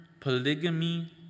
polygamy